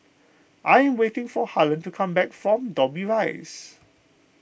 I am waiting for Harlen to come back from Dobbie Rise